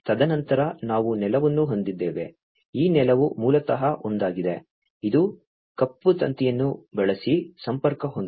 ತದನಂತರ ನಾವು ನೆಲವನ್ನು ಹೊಂದಿದ್ದೇವೆ ಈ ನೆಲವು ಮೂಲತಃ ಒಂದಾಗಿದೆ ಇದು ಕಪ್ಪು ತಂತಿಯನ್ನು ಬಳಸಿ ಸಂಪರ್ಕ ಹೊಂದಿದೆ